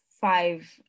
five